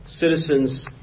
Citizens